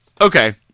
Okay